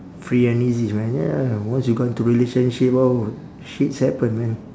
free and easy man ya once you got into relationship oh shits happens man